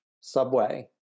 subway